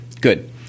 Good